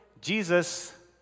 Jesus